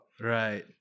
Right